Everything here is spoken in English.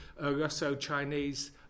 Russo-Chinese